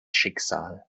schicksal